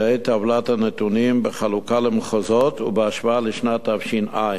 ראה טבלת הנתונים בחלוקה למחוזות ובהשוואה לשנת תש"ע.